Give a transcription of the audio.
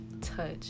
touch